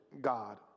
God